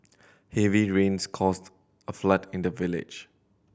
heavy rains caused a flood in the village